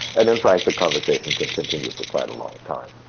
and in fact the conversation can continue for quite a long time.